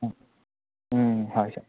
হয় ছাৰ